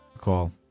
call